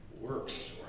works